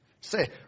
Say